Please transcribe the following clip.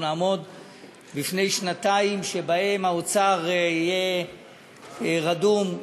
בפני שנתיים שבהן האוצר יהיה רדום,